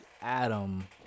Adam